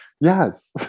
yes